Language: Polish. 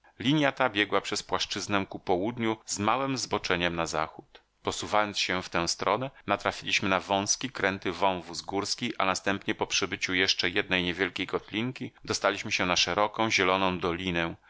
ta biegła przez płaszczyznę ku południu z małem zboczeniem na zachód posuwając się w tę stronę natrafiliśmy na wązki kręty wąwóz górski a następnie po przebyciu jeszcze jednej niewielkiej kotlinki dostaliśmy się na szeroką zieloną dolinę